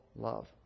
love